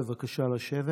בבקשה לשבת.